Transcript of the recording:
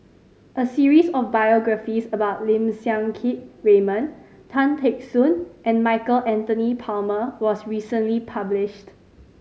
a series of biographies about Lim Siang Keat Raymond Tan Teck Soon and Michael Anthony Palmer was recently published